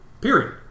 period